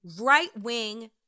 right-wing